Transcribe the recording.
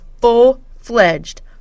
full-fledged